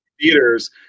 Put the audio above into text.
theaters